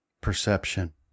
Perception